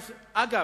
אגב,